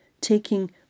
Taking